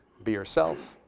be yourself,